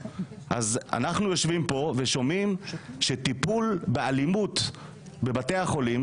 אנחנו יושבים פה ושומעים שטיפול באלימות בבתי החולים